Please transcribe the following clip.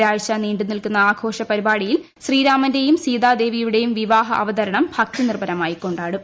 ആഴ്ച് നീണ്ടു നിൽക്കുന്ന ആഘോഷ പരിപാടിയിൽ ശ്രീരാമുന്നേയും് സീതാ ദേവിയുടേയും വിവാഹ അവതരണം ഭക്തി നിർഭരമായി കൊണ്ടാടും